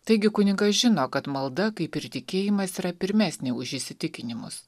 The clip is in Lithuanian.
taigi kunigas žino kad malda kaip ir tikėjimas yra pirmesnė už įsitikinimus